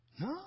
No